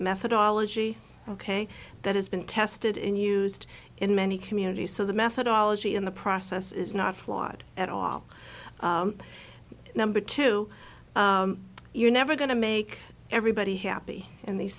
methodology ok that has been tested in used in many communities so the methodology in the process is not flawed at all number two you're never going to make everybody happy in these